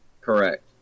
Correct